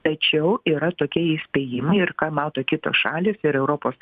tačiau yra tokie įspėjimai ir ką mato kitos šalys ir europos